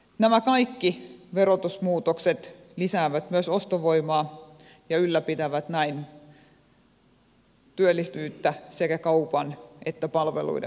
nämä kaikki verotusmuutokset lisäävät myös ostovoimaa ja ylläpitävät näin työllisyyttä sekä kaupan että palveluiden puolella